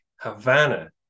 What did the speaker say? Havana